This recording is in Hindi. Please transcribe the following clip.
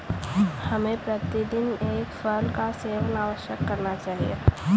हमें प्रतिदिन एक फल का सेवन अवश्य करना चाहिए